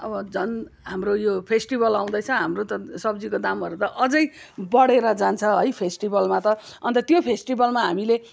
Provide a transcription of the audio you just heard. अब झन् हाम्रो यो फेस्टिभल आउँदैछ हाम्रो त सब्जीको दामहरू त अझै बढेर जान्छ है फेस्टिभलमा त अन्त त्यो फेस्टिभलमा हामीले